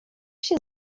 się